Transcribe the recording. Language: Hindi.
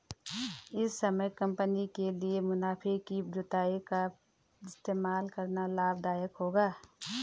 इस समय कंपनी के लिए मुनाफे की जुताई का इस्तेमाल करना लाभ दायक होगा